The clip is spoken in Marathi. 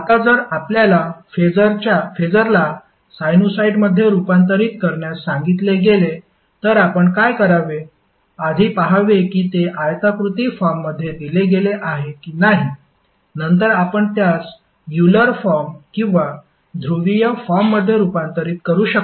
आता जर आपल्याला फेसरला साइनुसॉईडमध्ये रूपांतरित करण्यास सांगितले गेले तर आपण काय करावे आधी पहावे कि ते आयताकृती फॉर्ममध्ये दिले गेले आहे कि नाही नंतर आपण त्यास युलर फॉर्म किंवा ध्रुवीय फॉर्ममध्ये रूपांतरित करू शकतो